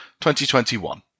2021